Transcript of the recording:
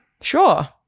Sure